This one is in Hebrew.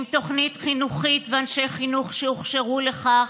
עם תוכנית חינוכית ואנשי חינוך שהוכשרו לכך,